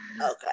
Okay